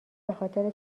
بخاطر